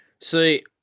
See